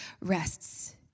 rests